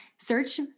search